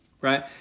right